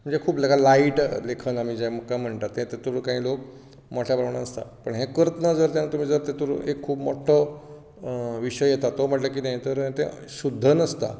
म्हणजे खूब जाका लायट लेखन आमी जे आमकां म्हणटात ते तातूंत कांय लोक मोट्या प्रमाणांत आसता पूण हें करताना जर तुमी जर तातूंत एक मोटो विशय येता तो म्हणजे कितें तर तें शुध्द नासता